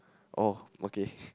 oh okay